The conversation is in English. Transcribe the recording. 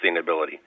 sustainability